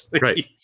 Right